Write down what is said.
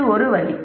இது ஒரு வழி